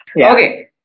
Okay